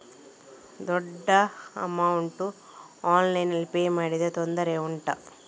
ದೊಡ್ಡ ಅಮೌಂಟ್ ಆನ್ಲೈನ್ನಲ್ಲಿ ಪೇ ಮಾಡಿದ್ರೆ ತೊಂದರೆ ಉಂಟಾ?